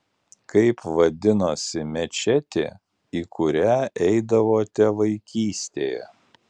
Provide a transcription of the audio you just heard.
kaip vadinasi mečetė į kurią eidavote vaikystėje